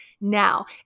now